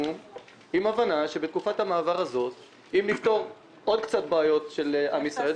עם הבנה שאם נפתור בתקופת המעבר הזאת עוד קצת בעיות של עם ישראל,